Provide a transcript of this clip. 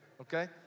okay